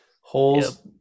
Holes